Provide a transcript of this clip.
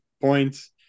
points